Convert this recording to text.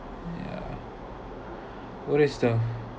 yeah what is the